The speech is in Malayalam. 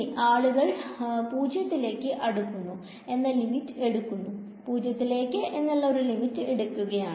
ഇനി ഞാൻ ആളുകൾ 0 ത്തിലേക്ക് അടുക്കുന്നു എന്ന ലിമിറ്റ് എടുക്കുന്നു